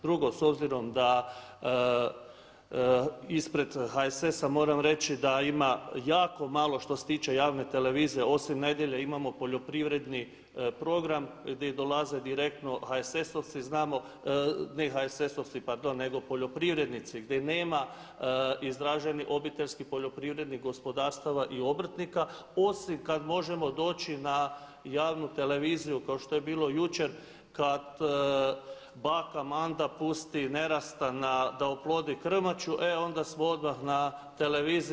Drugo, s obzirom da ispred HSS-a moram reći da ima jaku malo što se tiče javne televizije osim nedjelje imamo poljoprivredni program gdje dolaze direktno HSS-ovci, ne HSS-ovci pardon nego poljoprivrednici gdje nema izraženi obiteljskih poljoprivrednih gospodarstava i obrtnika osim kad možemo doći na javnu televiziju kao što je bilo jučer kad baka Manda pusti nerasta da oplodi krmaču e onda smo odmah na televiziji.